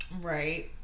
right